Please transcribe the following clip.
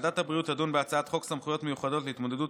ועדת הבריאות תדון בהצעת חוק סמכויות מיוחדות להתמודדות